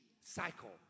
cycle